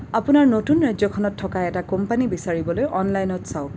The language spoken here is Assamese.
আপোনাৰ নতুন ৰাজ্যখনত থকা এটা কোম্পানী বিচাৰিবলৈ অনলাইনত চাওক